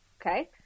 Okay